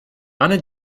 anne